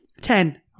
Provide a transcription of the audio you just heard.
Ten